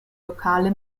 lokale